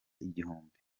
igihumbi